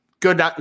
Good